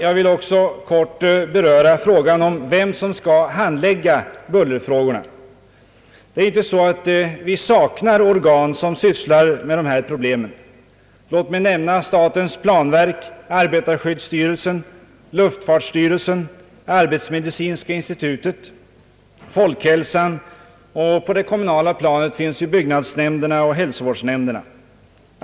Jag vill också kort anföra något om vem som skall handlägga bullerfrågorna. Vi saknar inte organ som sysslar med dessa problem. Låt mig nämna statens planverk, arbetarskyddsstyrelsen, luftfartsstyrelsen, arbetsmedicinska institutet och statens institut för folkhälsan, och på det kommunala planet finns byggnadsnämnderna och hälsovårdsnämnderna.